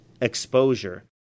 exposure